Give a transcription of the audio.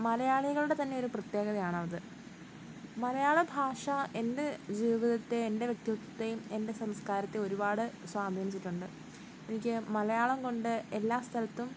മലയാളികളുടെ തന്നെ ഒരു പ്രത്യേകതയാണത് മലയാള ഭാഷ എൻ്റെ ജീവിതത്തെ എൻ്റെ വ്യക്തിത്വത്തെയും എൻ്റെ സംസ്കാരത്തെയും ഒരുപാട് സ്വാധീനിച്ചിട്ടുണ്ട് എനിക്കു മലയാളംകൊണ്ട് എല്ലാ സ്ഥലത്തും